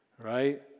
Right